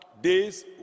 days